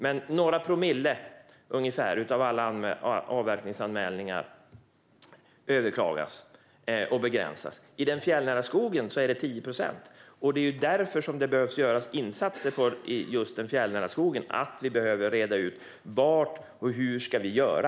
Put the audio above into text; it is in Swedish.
Men det rör sig om några promille av alla avverkningsanmälningar som överklagas och begränsas. I den fjällnära skogen är det 10 procent. Det är därför som det där behövs insatser för att vi behöver reda ut vad och hur ska vi göra.